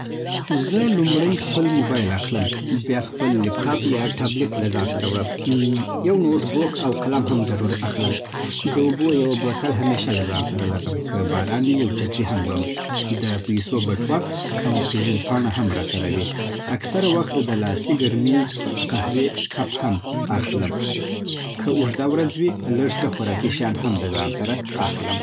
زه لومړی خپل موبایل اخلم. بیا خپل لېپټاپ یا ټابلیټ له ځان سره وړم. یو نوټ بوک او قلم هم ضرور اخلم. د اوبو یوه بوتل همیشه له ځان سره لرم. که باران وي، یو چترۍ هم وړم. د پېسو بټوه او پېژندپاڼه هم راسره وي. اکثره وخت د لاسې ګرمې قهوې کپ هم اخلم. که اوږده ورځ وي، لږ څه خوراکي شیان هم د ځان سره اخلم